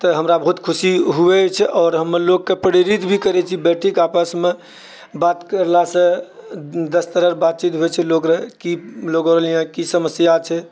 तऽ हमरा बहुत खुशी होयत छै आओर हमर लोककऽ प्रेरित भी करैत छी बैठीके आपसमऽ बात करिलासँ दश तरहकऽ बातचीत होइत छै लोगअर कि लोगरऽ लिगा की समस्या छै